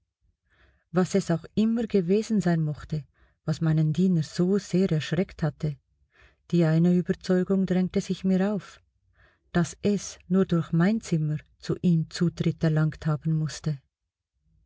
was es auch immer gewesen sein mochte was meinen diener so sehr erschreckt hatte die eine überzeugung drängte sich mir auf daß es nur durch mein zimmer zu ihm zutritt erlangt haben mußte